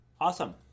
Awesome